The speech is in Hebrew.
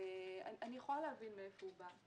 אני יכולה להבין מאיפה הוא בא.